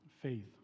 faith